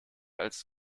als